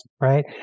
right